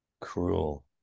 cruel